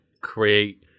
create